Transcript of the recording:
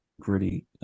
gritty